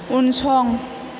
उनसं